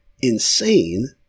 insane